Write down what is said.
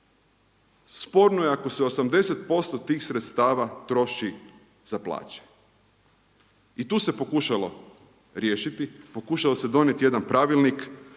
Sporno je ako se 80% tih sredstava troši za plaće. I tu se pokušalo riješiti, pokušalo se donijeti jedan pravilnik,